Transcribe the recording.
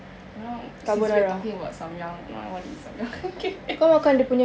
you know since we're talking about Samyang now I want to eat Samyang